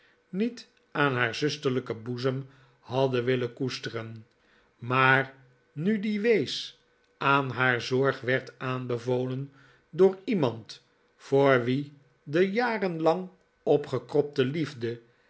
niet aan haar zusterlijken boezem hadden willen koesteren maar nu die wees aan haar zorg werd aanbevolen door iemand voor wien de jarenlang opgekropte liefde